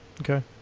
okay